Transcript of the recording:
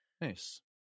nice